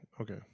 Okay